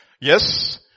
Yes